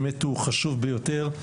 הוא באמת חשוב ביותר,